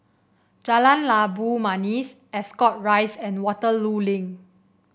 Jalan Labu Manis Ascot Rise and Waterloo Link